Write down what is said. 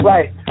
Right